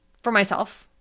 for myself.